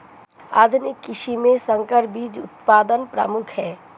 आधुनिक कृषि में संकर बीज उत्पादन प्रमुख है